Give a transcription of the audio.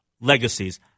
legacies